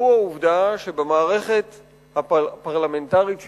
והוא העובדה שבמערכת הפרלמנטרית שלנו,